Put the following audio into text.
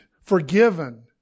forgiven